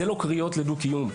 זה לא קריאות לדו-קיום.